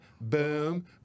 boom